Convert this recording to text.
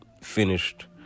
finished